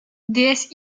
déesse